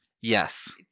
Yes